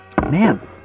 Man